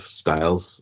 styles